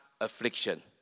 affliction